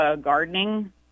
gardening